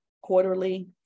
quarterly